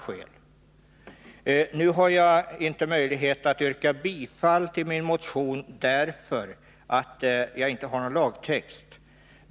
Jag har inte möjlighet att yrka bifall till min motion, eftersom den saknar lagtext.